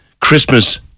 Christmas